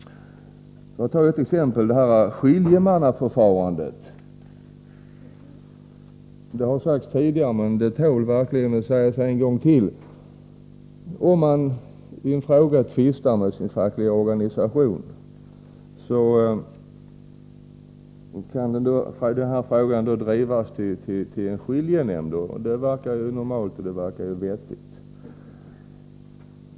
Jag skall nämna ett exempel —skiljenämndsförfarandet. Detta har sagts tidigare, men det tål verkligen att sägas en gång till. Om man tvistar i en fråga inom en facklig organisation, kan frågan drivas till en skiljenämnd. Det verkar normalt och vettigt.